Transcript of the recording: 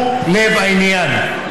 הוא לב העניין.